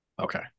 Okay